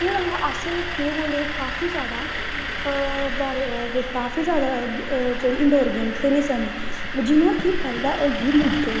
हून अस केह् बोलदे काफी जादा काफी जादा जेह्ड़ी इंडोर गेम खेली सकने जियां कि पैह्लैं होई गेई लूडो